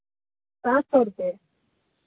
पाँच सौ रुपए